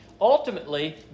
Ultimately